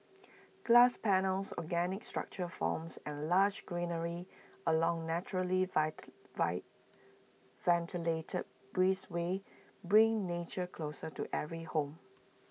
glass panels organic structural forms and lush greenery along naturally ventilated breezeways bring nature closer to every home